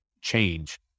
change